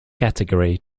category